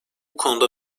konuda